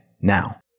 now